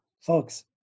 folks